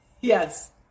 Yes